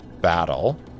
battle